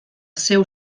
seu